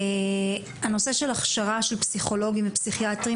הנושא של הכשרה של פסיכולוגים ופסיכיאטרים